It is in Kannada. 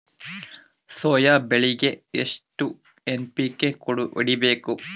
ಸೊಯಾ ಬೆಳಿಗಿ ಎಷ್ಟು ಎನ್.ಪಿ.ಕೆ ಹೊಡಿಬೇಕು?